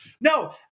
No